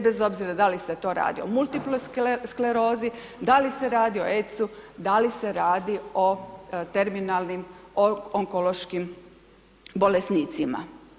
Bez obzira da li se to radi o multiple sklerozi, da li se radi o ADIS-u da li se radi o terminalnim onkološkim bolesnicima.